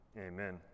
Amen